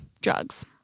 drugs